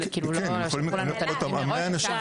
לא שלחו לנו את הנתונים מראש.